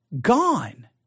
gone